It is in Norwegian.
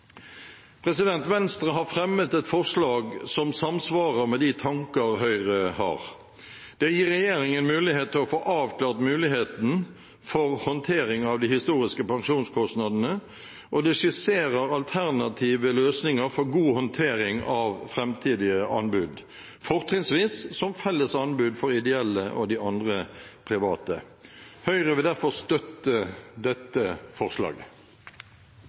Venstre har fremmet et forslag som samsvarer med de tanker Høyre har. Det gir regjeringen mulighet til å få avklart muligheten for håndtering av de historiske pensjonskostnadene, og det skisserer alternative løsninger for god håndtering av framtidige anbud, fortrinnsvis som felles anbud for ideelle og de andre private. Høyre vil derfor støtte dette forslaget.